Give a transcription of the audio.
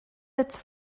its